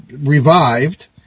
revived